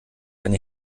eine